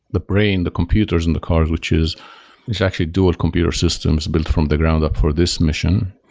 the brain, the computers and the car, which is it's actually dual computer systems built from the ground up for this mission,